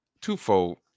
twofold